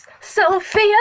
Sophia